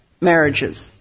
marriages